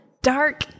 dark